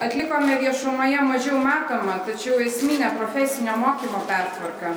atlikome viešumoje mažiau matomą tačiau esminę profesinio mokymo pertvarką